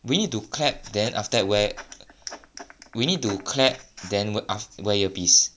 we need to clap then after that wear we need to clap then aft~ wear ear piece